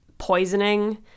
Poisoning